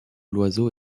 loiseau